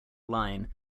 line